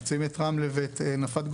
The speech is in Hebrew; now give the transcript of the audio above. את רמלה ואת נפת הגולן,